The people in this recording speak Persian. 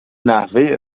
نحوه